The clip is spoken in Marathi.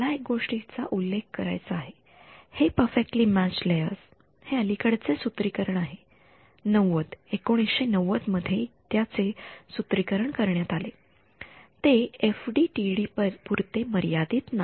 मला एक गोष्टीचा उल्लेख करायचा आहे हे परफेक्टली म्यॅच्ड लेयर्स हे अलीकडचे सूत्रीकरण आहे ९० १९९० मध्ये त्याचे सूत्रीकरण करण्यात आले ते एफडीटीडी पुरते मर्यादित नाही